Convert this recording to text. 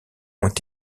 ont